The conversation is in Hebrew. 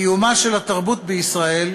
קיומה של התרבות בישראל,